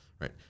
Right